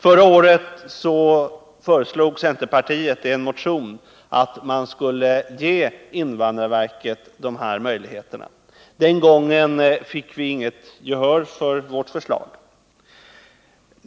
Förra året föreslog centerpartiet i en motion att man skulle ge invandrarverket dessa möjligheter. Den gången fick vi inget gehör för vårt förslag.